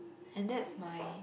and that's my